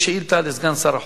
יש שאילתא לסגן שר החוץ.